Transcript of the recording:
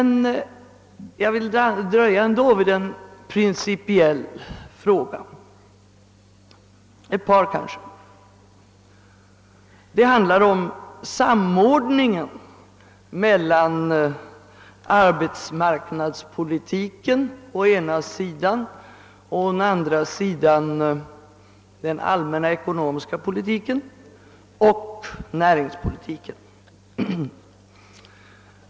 Jag vill alltså ändå dröja vid ett par principiella frågor. Det handlar om samordningen mellan arbetsmarknadspolitiken å ena sidan samt den allmänna ekonomiska politiken och näringspolitiken å den andra sidan.